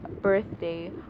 birthday